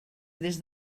des